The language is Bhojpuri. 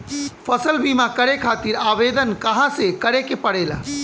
फसल बीमा करे खातिर आवेदन कहाँसे करे के पड़ेला?